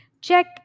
Check